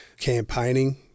campaigning